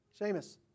Seamus